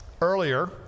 earlier